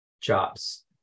jobs